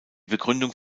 begründung